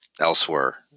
elsewhere